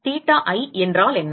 theta i என்றால் என்ன